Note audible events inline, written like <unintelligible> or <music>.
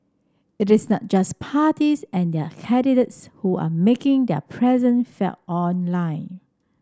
it is not just parties and their candidates who are making their <unintelligible> felt online